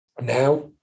Now